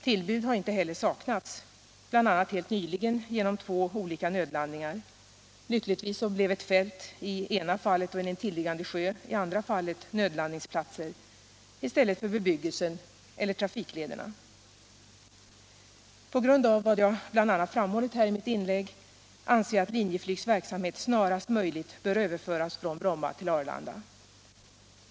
Tillbud har heller inte saknats: bl.a. gjordes helt nyligen två nödlandningar. Lyckligtvis blev eu fält i det ena fallet och en intilliggande sjö i det andra fallet nödlandningsplatser i stället för bebyggelsen eller trafiklederna. På grund av vad jag bl.a. framhållit i mitt inlägg anser jag att Linjeflygs verksamhet snarast möjligt bör överföras från Bromma till Arlanda.